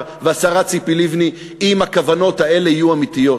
והשרה ציפי לבני אם הכוונות האלה יהיו אמיתיות,